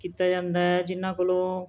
ਕੀਤਾ ਜਾਂਦਾ ਹੈ ਜਿਹਨਾਂ ਕੋਲੋਂ